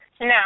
No